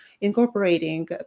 incorporating